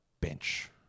bench